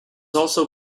also